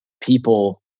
people